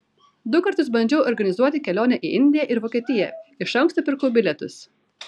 du kartus bandžiau organizuoti kelionę į indiją ir vokietiją iš anksto pirkau bilietus